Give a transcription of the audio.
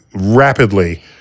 rapidly